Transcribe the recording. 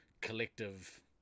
collective